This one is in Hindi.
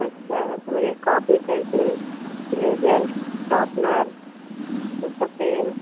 अच्छा उसमें copy pencil eraser sharpener scale